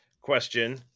question